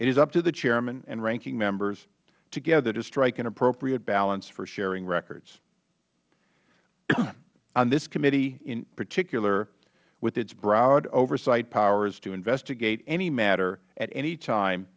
is up to the chairmen and ranking members together to strike an appropriate balance for sharing records on this committee in particular with its broad oversight powers to investigate any matter at any time